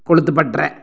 கொழுத்து பட்டற